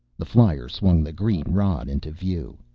the flyer swung the green rod into view.